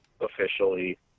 officially